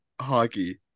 hockey